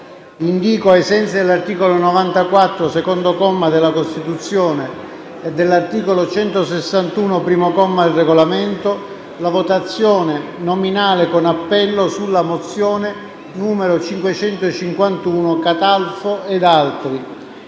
Indìco, ai sensi dell'articolo 94, secondo comma, della Costituzione e dell'articolo 161, comma 1, del Regolamento, la votazione nominale con appello della mozione n. 551, presentata